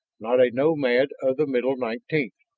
not a nomad of the middle nineteenth!